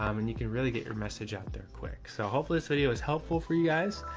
um, and you can really get your message out there quick. so hopefully this video is helpful for you guys.